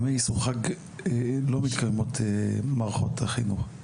בימי אסרו חג לא מתקיימות מערכות החינוך,